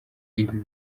ibi